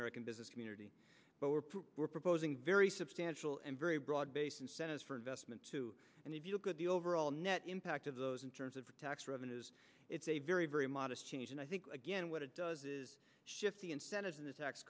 american business community but we're proposing very substantial and very broad based incentives for investment and if you look at the overall net impact of those in terms of tax revenues it's a very very modest change and i think again what it does is shift the incentives in the tax